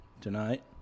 tonight